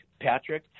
Patrick